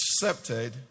accepted